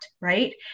Right